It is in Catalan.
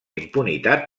impunitat